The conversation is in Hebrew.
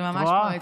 זה ממש פואטי.